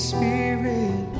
Spirit